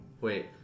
Wait